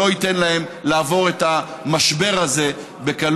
שלא ייתן להם לעבור את המשבר הזה בקלות.